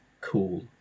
cool